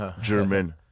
German